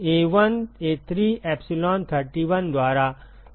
A1 A3 एप्सिलॉन31 द्वारा